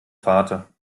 vater